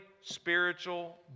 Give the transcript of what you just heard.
spiritual